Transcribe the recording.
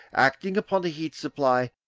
acting upon a heat-supply,